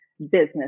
business